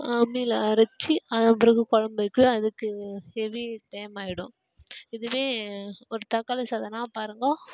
அம்மியில் அரைச்சி அதன் பிறகு குழம்பு வச்சி அதுக்கு ஹெவி டைம் ஆகிடும் இதுவே ஒரு தக்காளி சாதன்னா பாருங்க